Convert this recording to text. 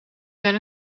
zijn